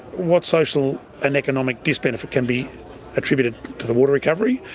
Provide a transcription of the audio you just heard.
what social and economic disbenefit can be attributed to the water recovery,